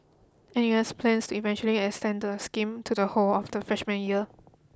N U S plans to eventually extend the scheme to the whole of the freshman year